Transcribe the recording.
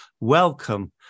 welcome